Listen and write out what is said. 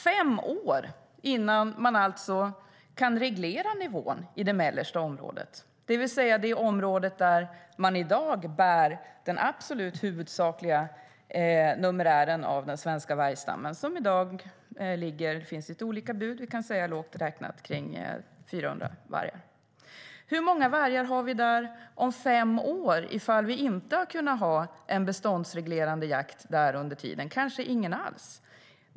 Det kan alltså ta fem år innan man kan reglera nivån i det mellersta området, det vill säga det område som i dag bär den huvudsakliga numerären av den svenska vargstammen, som i dag ligger lågt räknat kring 400 vargar - det finns lite olika bud. Hur många vargar har vi där om fem år ifall vi inte kunnat ha en beståndsreglerande jakt där under tiden? Kanske ingen alls?